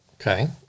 Okay